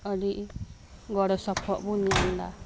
ᱟᱹᱰᱤ ᱜᱚᱲᱚ ᱥᱚᱯᱚᱦᱚᱫ ᱵᱚᱱ ᱧᱟᱢ ᱮᱫᱟ